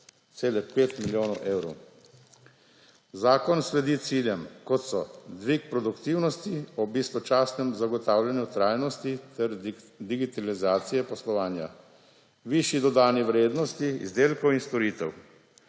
milijona evrov. Zakon sledi ciljem, kot so: dvig produktivnosti ob istočasnem zagotavljanju trajnosti ter digitalizacije poslovanja, višja dodana vrednost izdelkov in storitev,